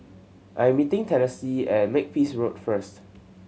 I'm meeting Tennessee at Makepeace Road first